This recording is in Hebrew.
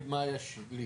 אני יכול להגיד מה יש לי.